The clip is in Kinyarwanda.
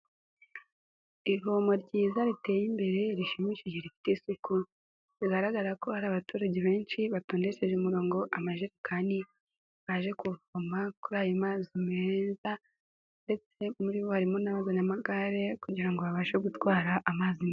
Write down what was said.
Ivomo ryiza riteye imbere, rishimishije, rifite isuku bigaragara ko hari abaturage benshi batondesheje umurongo amajerekani, baje kuvoma kuri ayo mazi meza ndetse muri bo harimo n'abamagare kugira ngo babashe gutwara amazi.